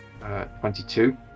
22